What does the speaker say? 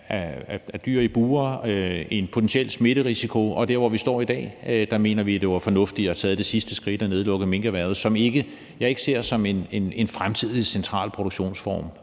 af dyr i bure, en potentiel smitterisiko, og i forhold til hvor vi står i dag, mener vi, at det havde været fornuftigt at have taget det sidste skridt og nedlukket minkerhvervet, som jeg ikke ser som en fremtidig central produktionsform